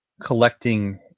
collecting